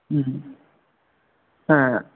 हा